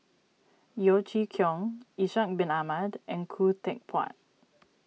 Yeo Chee Kiong Ishak Bin Ahmad and Khoo Teck Puat